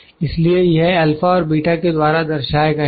इसलिए यह α और β के द्वारा दर्शाए गए हैं